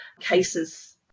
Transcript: cases